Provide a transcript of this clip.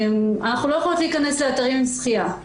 אנחנו לא יכולות להיכנס לאתרים עם שחייה.